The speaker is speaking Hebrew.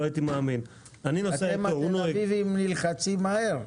לא הייתי מאמין --- אתם התל אביבים נלחצים מהר.